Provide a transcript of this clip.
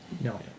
No